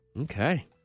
Okay